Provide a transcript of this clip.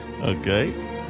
Okay